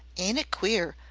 ain't it queer,